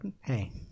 hey